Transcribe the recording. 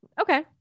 Okay